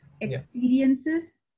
experiences